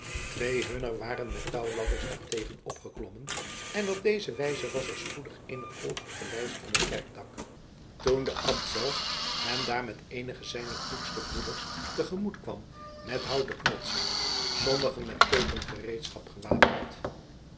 tweee hunner waren met touwladders daartegen opgeklommen en op deze wijze was er spoedig eenig volk op de lijst van het kerkdak toen de abt zelf hen daar met eenige zijner kloekste broeders te gemoet kwam met houten knodsen sommigen met keukengereedschap gewapend